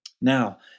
Now